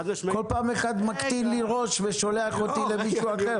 כול פעם אחד מקטין לי ראש ושולח אותי למישהו אחר.